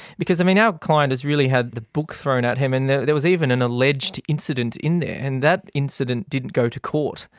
because um our client has really had the book thrown at him, and there there was even an alleged incident in there and that incident didn't go to court,